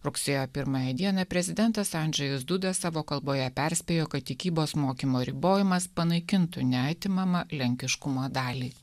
rugsėjo pirmąją dieną prezidentas andžejus duda savo kalboje perspėjo kad tikybos mokymo ribojimas panaikintų neatimamą lenkiškumo dalį